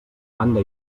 banda